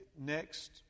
next